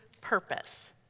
purpose